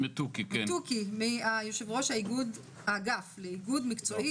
יושב-ראש האגף לאיגוד מקצועי,